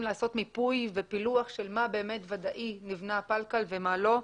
מיפוי ופילוח מה באמת ודאי נבנה בפלקל ומה לא.